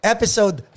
Episode